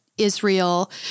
Israel